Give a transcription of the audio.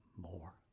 more